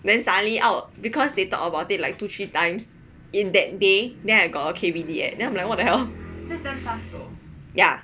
then suddenly out because they talk about it like two three times in that day then I got a K_V_D ad I'm like what the hell yeah